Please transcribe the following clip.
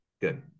Good